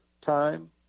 time